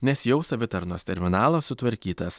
nes jau savitarnos terminalas sutvarkytas